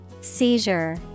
Seizure